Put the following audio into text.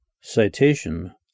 Citation